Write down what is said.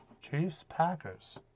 Chiefs-Packers